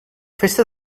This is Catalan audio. festa